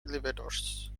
elevators